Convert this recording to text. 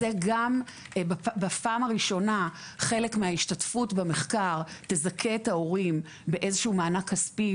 בפעם הראשונה חלק מההשתתפות במחקר תזכה את ההורים באיזשהו מענק כספי,